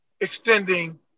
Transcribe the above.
extending